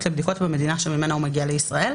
לבדיקות במדינה שממנה הוא מגיע לישראל,